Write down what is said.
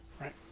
Right